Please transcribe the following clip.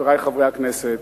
חברי חברי הכנסת,